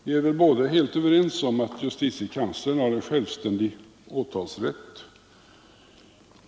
Vi är väl fullt överens om att justitiekanslern har självständig åtalsrätt.